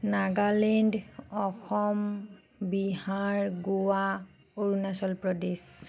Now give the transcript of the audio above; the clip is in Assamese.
নাগালেণ্ড অসম বিহাৰ গোৱা অৰুণাচল প্ৰদেশ